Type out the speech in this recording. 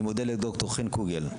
אני מודה לד"ר חן קוגל,